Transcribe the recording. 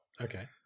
Okay